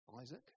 Isaac